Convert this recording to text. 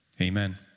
Amen